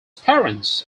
parents